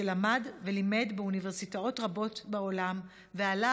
שלמד ולימד באוניברסיטאות רבות בעולם ועלה